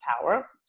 power